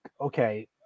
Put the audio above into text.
okay